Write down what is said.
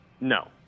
No